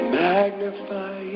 magnify